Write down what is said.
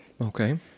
Okay